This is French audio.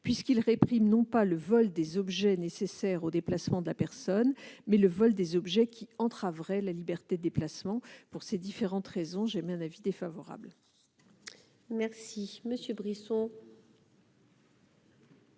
puisqu'elle réprime non pas le vol des objets nécessaires au déplacement de la personne, mais le vol des objets qui entraveraient la liberté de déplacement. Pour ces différentes raisons, j'émets un avis défavorable. Monsieur Brisson,